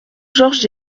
georges